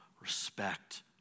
respect